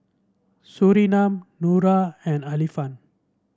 Surinam Nura and Alfian